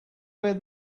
where